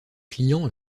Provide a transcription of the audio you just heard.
clients